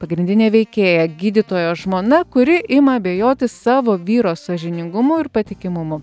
pagrindinė veikėja gydytojo žmona kuri ima abejoti savo vyro sąžiningumu ir patikimumu